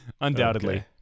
Undoubtedly